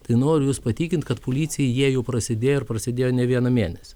tai noriu jus patikint kad policijai jie jau prasidėjo ir prasidėjo ne vieną mėnesį